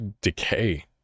decay